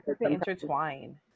intertwine